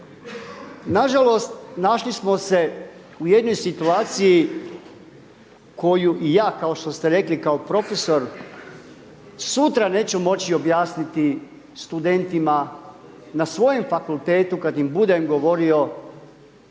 Nažalost našli smo se u jednoj situaciji koju i ja kao što ste rekli kao profesor, sutra neću moći objasniti studentima na svojem fakultetu kada im budem govorio